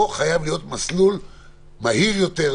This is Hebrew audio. פה חייב להיות מסלול מהיר יותר,